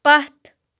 پتھ